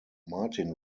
martin